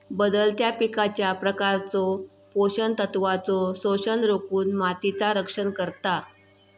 बदलत्या पिकांच्या प्रकारचो पोषण तत्वांचो शोषण रोखुन मातीचा रक्षण करता